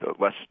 less